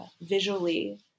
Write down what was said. visually